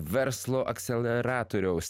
verslo akseleratoriaus